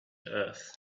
earth